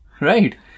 right